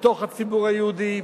בתוך הציבור היהודי,